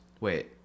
Wait